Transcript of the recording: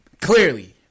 Clearly